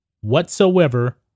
whatsoever